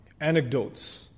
anecdotes